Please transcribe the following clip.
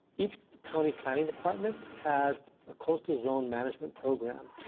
each county planning department has ah coastal zone management program.